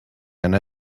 and